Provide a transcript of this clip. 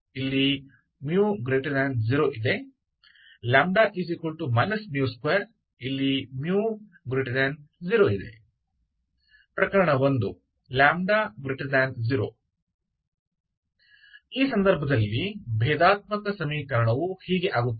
ಆದ್ದರಿಂದ μ2 μ0 λ μ2 μ0 ಪ್ರಕರಣ 1 λ0 ಈ ಸಂದರ್ಭದಲ್ಲಿ ಭೇದಾತ್ಮಕ ಸಮೀಕರಣವು ಹೀಗೆ ಆಗುತ್ತದೆ